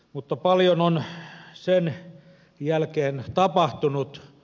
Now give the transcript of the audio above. mutta paljon on sen jälkeen tapahtunut